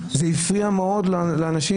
זה הפריע מאוד לאנשים